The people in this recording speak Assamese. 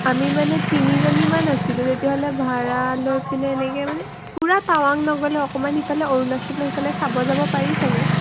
আমি মানে তিনিজনীমান আছিলোঁ তেতিয়াহ'লে ভাড়া লৈ পিনে এনেকৈ মানে পূৰা টাৱাং নগ'লেও অকণমান সিফালে অৰুণাচলৰ সিফালে চাব যাব পাৰি চাগে